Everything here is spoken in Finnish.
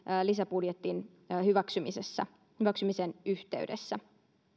lisäbudjetin hyväksymisen yhteydessä